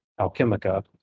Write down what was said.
alchemica